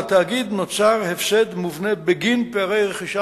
לתאגיד נוצר הפסד מובנה בגין פערי רכישה